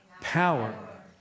power